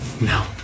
No